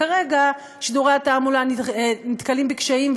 כרגע שידורי התעמולה נתקלים בקשיים,